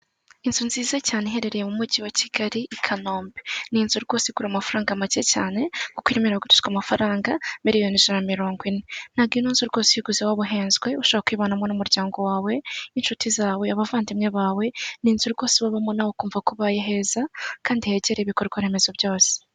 Inzu nziza cyane iherereye mu mujyi wa Kigali, i Kanombe. Ni inzu rwose igura amafaranga macye cyane kuko irimo iragurishwa amafaranga miliyoni ijana mirongo ine, ntago ino nzu rwose uyiguze waba uhenzwe ushaka kuyibanamo n'umuryango wawe, n'inshuti zawe, abavandimwe bawe, ni inzu rwose wabamo nawe ukumva ko ubaye heza, kandi hegere ibikorwa remezo byose.